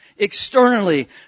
externally